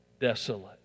desolate